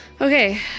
Okay